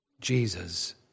Jesus